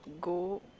go